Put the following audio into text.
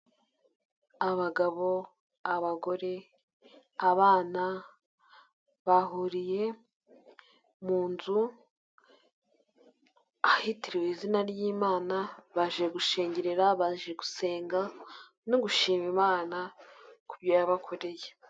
Abagabo, abagore, abana bahuriye mu nzu ahitiriwe izina ry'imana baje gushengerera, baje gusenga no gushima imana ku byo yabakoreye.